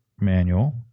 manual